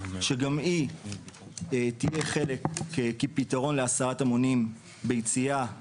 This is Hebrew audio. שגם היא תהיה חלק כפתרון להסעת המונים ביציאה מהעיר,